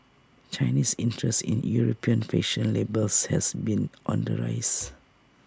Chinese interest in european fashion labels has been on the rise